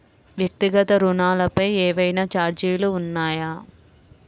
వ్యక్తిగత ఋణాలపై ఏవైనా ఛార్జీలు ఉన్నాయా?